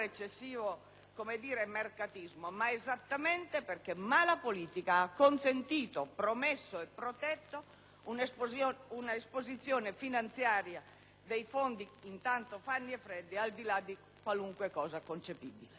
eccessivo mercatismo, dunque, ma esattamente perché mala politica ha consentito, promesso e protetto un'esposizione finanziaria dei fondi Fannie e Freddie al di là di quanto fosse concepibile.